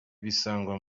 bisangwa